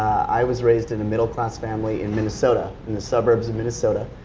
i was raised in a middle class family in minnesota, in the suburbs of minnesota.